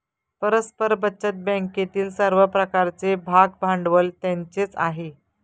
परस्पर बचत बँकेतील सर्व प्रकारचे भागभांडवल त्यांचेच आहे